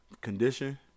condition